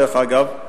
דרך אגב,